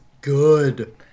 good